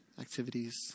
Activities